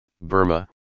Burma